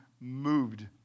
moved